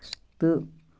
تہٕ